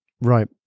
Right